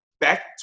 Back